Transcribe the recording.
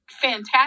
fantastic